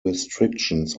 restrictions